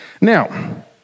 Now